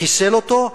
חיסל אותו.